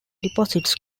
deposits